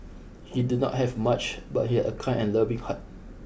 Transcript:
he did not have much but he had a kind and loving heart